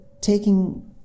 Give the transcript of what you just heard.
taking